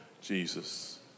Jesus